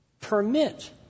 permit